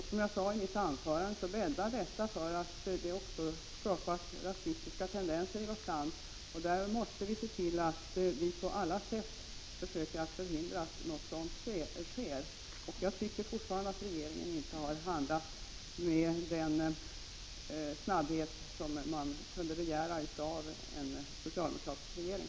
Som jag sade i mitt anförande bäddar detta också för att det skapas rasistiska tendenser i vårt land. Vi måste på allt sätt försöka förhindra att något sådant här sker. Jag tycker fortfarande att regeringen inte har handlat med den snabbhet som man kunde begära av en socialdemokratisk regering.